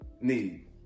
need